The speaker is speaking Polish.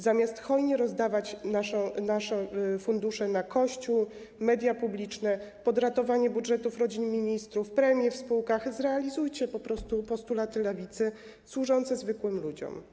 Zamiast hojnie rozdawać nasze fundusze na Kościół, media publiczne, podratowanie budżetów rodzin ministrów, premie w spółkach, zrealizujcie po prostu postulaty Lewicy służące zwykłym ludziom.